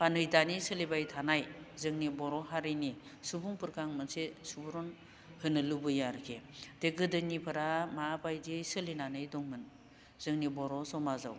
बा नै दानि सोलिबाय थानाय जोंनि बर' हारिनि सुबुंफोरखौ आं मोनसे सुबुरन होनो लुबैयो आरोकि जे गोदोनिफोरा माबायदियै सोलिनानै दंमोन जोंनि बर' समाजाव